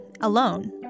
alone